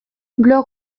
blog